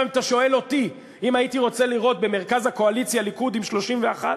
אם אתה שואל אותי אם הייתי רוצה לראות במרכז הקואליציה ליכוד עם 31?